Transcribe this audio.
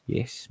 Yes